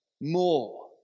more